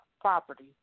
property